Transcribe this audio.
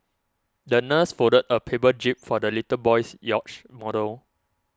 the nurse folded a paper jib for the little boy's yacht model